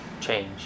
change